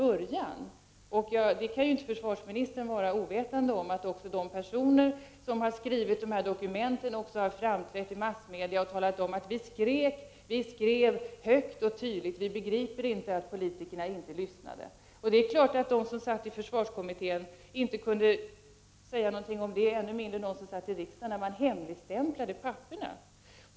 Försvarsministern kan inte vara ovetande om att de personer som har skrivit de dokumenten också har framträtt i massmedia och sagt: Vi skrek högt och tydligt, och vi skrev. Vi begriper inte att politikerna inte lyssnade! Det är klart att de som satt i försvarskommittén inte kunde säga någonting om det, och ännu mindre de som satt i riksdagen, när man hemligstämplade pappren!